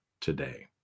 today